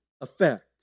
effect